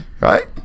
Right